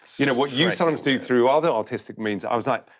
you know, what you sometimes do through other artistic means i was like,